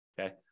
Okay